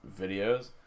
videos